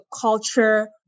culture